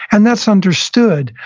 and that's understood.